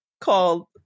called